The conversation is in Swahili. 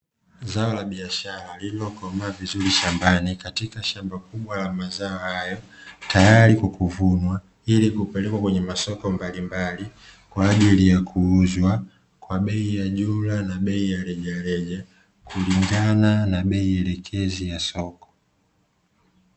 Zao la biashara lililokomaa vizuri shambani, katika mazao hayo tayari kuvunwa ili kupelekwa kwenye masoko mbalimbali, Kwa ajili ya kuuzwa kwa bei ya jumla na rejareja kulingana na bei elekezi ya soko.